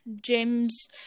james